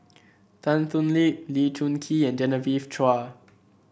Tan Thoon Lip Lee Choon Kee and Genevieve Chua